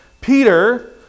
Peter